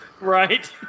right